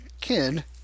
kid